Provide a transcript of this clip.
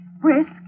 brisk